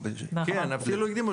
נכון, אפילו הקדימו.